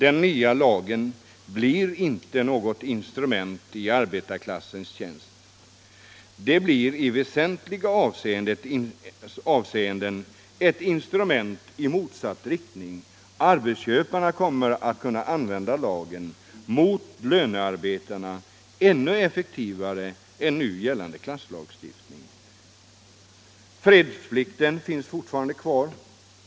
Den nya lagen blir inte något instrument i arbetarklassens tjänst. Den blir i väsentliga avseenden ett instrument i motsatt riktning. Arbetsköparna kommer att kunna använda lagen mot lönarbetarna ännu ef fektivare än nu gällande klasslagstiftning. Fredsplikten finns fortfarande kvar.